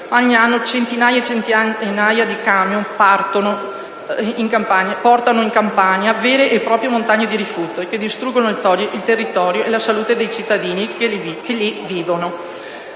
Ogni anno centinaia e centinaia di camion portano in Campania vere e proprie montagne di rifiuti che distruggono il territorio e la salute dei cittadini che lì vivono.